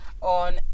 on